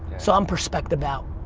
so i'm perspective out.